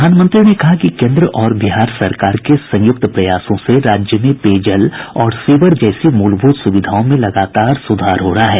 प्रधानमंत्री ने कहा कि केन्द्र और बिहार सरकार के संयुक्त प्रयासों से राज्य में पेयजल और सीवर जैसी मूलभूत सुविधाओं में लगातार सुधार हो रहा है